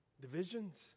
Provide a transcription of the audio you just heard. Divisions